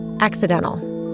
accidental